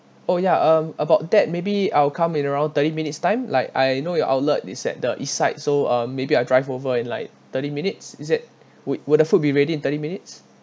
oh ya um about that maybe I'll come in around thirty minutes time like I know your outlet is at the east side so um maybe I'll drive over in like thirty minutes is that would would the food be ready in thirty minutes